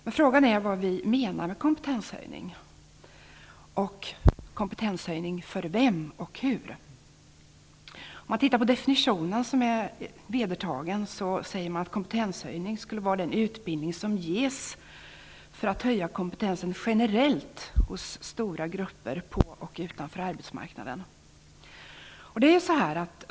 Men frågan är vad vi menar med kompetenshöjning, och kompetenshöjning för vem och hur? Enligt den vedertagna definitionen skulle kompetenshöjning vara den utbildning som ges för att höja kompetensen generellt hos stora grupper på och utanför arbetsmarknaden.